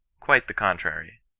quite the contrary.